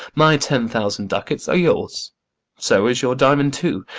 my ten thousand ducats are yours so is your diamond too.